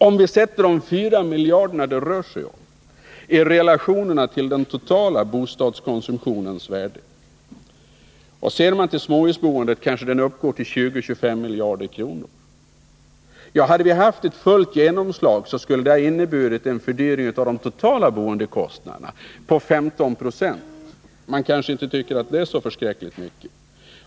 Om vi sätter de 4 miljarderna i relation till den totala bostadskonsumtionens värde — jag räknar här enbart med småhusboendet — kan der uppskattas till 20-25 miljarder kronor. Hade vi haft ett fullt genomslag skulle det ha inneburit en fördyring av de totala boendekostnaderna på 15 90. Det kanske man inte tycker är så förskräckligt mycket.